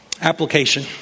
application